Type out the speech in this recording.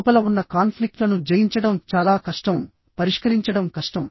లోపల ఉన్న కాన్ఫ్లిక్ట్ లను జయించడం చాలా కష్టం పరిష్కరించడం కష్టం